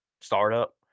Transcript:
startup